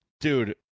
Dude